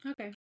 okay